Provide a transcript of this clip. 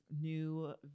new